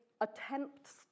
attempts